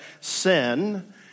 sin